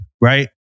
right